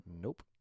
Nope